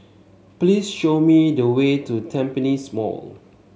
please show me the way to Tampines Mall